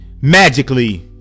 magically